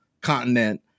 continent